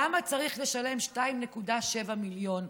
למה צריך לשלם 2.7 מיליון,